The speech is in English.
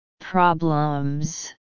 Problems